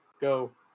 Go